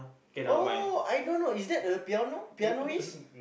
oh I don't know is that a piano pianoist